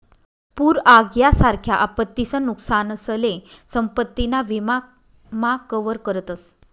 पूर आग यासारख्या आपत्तीसन नुकसानसले संपत्ती ना विमा मा कवर करतस